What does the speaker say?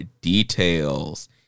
details